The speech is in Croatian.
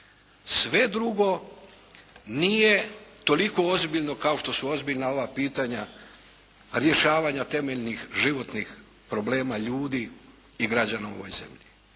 Sve drugo nije toliko ozbiljno kao što su ozbiljna ova pitanja rješavanja temeljnih životnih problema ljudi i građana u ovoj zemlji.